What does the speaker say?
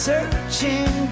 Searching